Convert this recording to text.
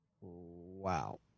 Wow